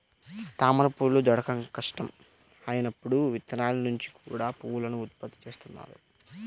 తామరపువ్వులు దొరకడం కష్టం అయినప్పుడు విత్తనాల నుంచి కూడా పువ్వులను ఉత్పత్తి చేస్తున్నారు